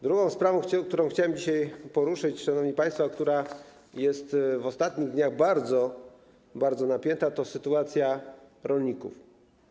Druga sprawa, którą chciałem dzisiaj poruszyć, szanowni państwo, a która jest w ostatnich dniach bardzo napięta, to sytuacja rolników.